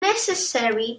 necessary